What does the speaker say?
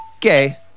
Gay